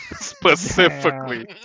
Specifically